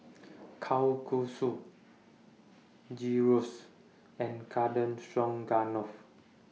Kalguksu Gyros and Garden Stroganoff